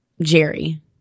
Jerry